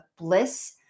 bliss